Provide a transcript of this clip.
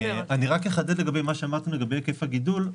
אני רק אחדד לגבי מה שאמרתם לגבי היקף הגידול.